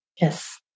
Yes